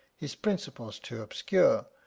his principles too obscure,